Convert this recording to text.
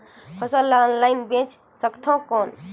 फसल ला ऑनलाइन बेचे सकथव कौन?